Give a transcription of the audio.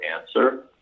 answer